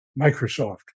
Microsoft